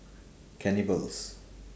cannibals